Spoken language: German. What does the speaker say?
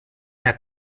herr